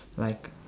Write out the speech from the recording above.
like